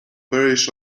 parish